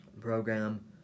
program